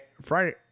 Friday